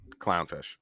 clownfish